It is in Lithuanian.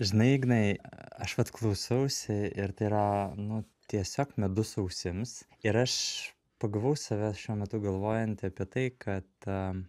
žinai ignai aš vat klausausi ir tai yra nu tiesiog medus ausims ir aš pagavau save šiuo metu galvojantį apie tai kad